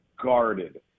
guarded